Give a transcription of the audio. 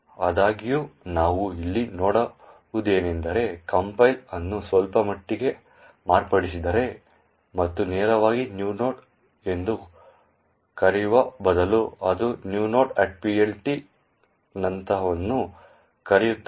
ಆದಾಗ್ಯೂ ನಾವು ಇಲ್ಲಿ ನೋಡುವುದೇನೆಂದರೆ ಕಂಪೈಲರ್ ಅದನ್ನು ಸ್ವಲ್ಪಮಟ್ಟಿಗೆ ಮಾರ್ಪಡಿಸಿದೆ ಮತ್ತು ನೇರವಾಗಿ new node ಎಂದು ಕರೆಯುವ ಬದಲು ಅದು new nodePLT ನಂತಹದನ್ನು ಕರೆಯುತ್ತದೆ